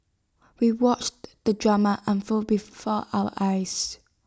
we watched the drama unfold before our eyes